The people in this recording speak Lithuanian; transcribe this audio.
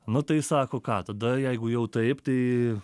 nu tai sako ką tada jeigu jau taip tai